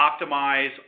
optimize